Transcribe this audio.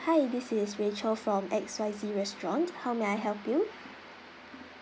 hi this is rachel from X Y Z restaurant how may I help you